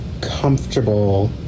comfortable